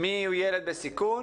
מיהו ילד בסיכון?